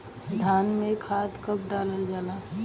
धान में खाद कब डालल जाला?